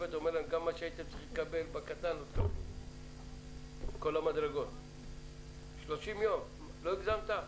השופט אומר להם כמה צריכים לקבל --- 30 יום לא הגזמת?